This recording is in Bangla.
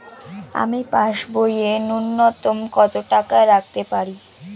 আমি পাসবইয়ে ন্যূনতম কত টাকা রাখতে পারি?